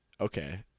Okay